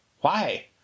Why